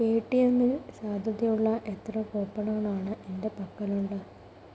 പേടിഎംൽ സാധുതയുള്ള എത്ര കൂപ്പണുകളാണ് എൻ്റെ പക്കലുള്ള